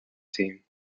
team